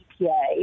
EPA